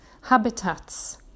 habitats